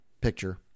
picture